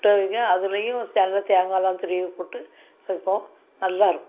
புட்டு அவிக்க அதுலையும் நல்ல தேங்காயெலாம் துருவி போட்டு வைப்போம் நல்லாயிருக்கும்